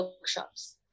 workshops